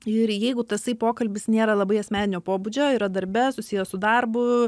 ir jeigu tasai pokalbis nėra labai asmeninio pobūdžio yra darbe susijęs su darbu